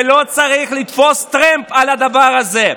ולא צריך לתפוס טרמפ על הדבר הזה.